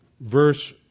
Verse